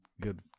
good